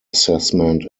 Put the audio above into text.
assessment